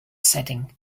setting